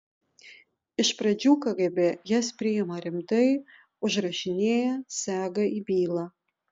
iš pradžių kgb jas priima rimtai užrašinėja sega į bylą